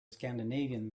scandinavian